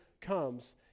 comes